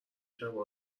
شبه